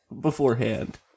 beforehand